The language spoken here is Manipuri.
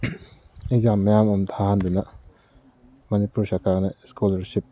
ꯑꯦꯛꯖꯥꯝ ꯃꯌꯥꯝ ꯑꯃ ꯊꯥꯍꯟꯗꯨꯅ ꯃꯅꯤꯄꯨꯔ ꯁꯔꯀꯥꯔꯅ ꯏꯁꯀꯣꯂꯥꯔꯁꯤꯞ